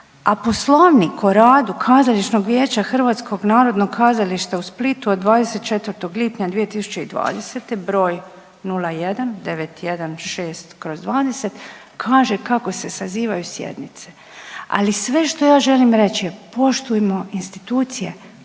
a Poslovnik o radu Kazališnog vijeća HNK u Splitu od 24. lipnja 2020. br. 01916/20 kaže kako se sazivaju sjednice, ali sve što ja želim reći je poštujmo institucije,